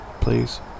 please